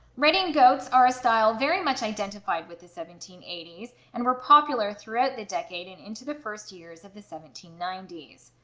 redingotes are a style very much identified with the seventeen eighty s and were popular throughout the decade and into the first years of the seventeen ninety s.